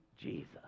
Jesus